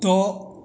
द'